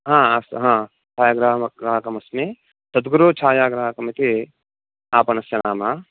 हा अस्तु हा छायाग्राहग्राहकः अस्मि सद्गुरुछायाग्राहकमिति आपणस्य नाम